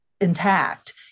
intact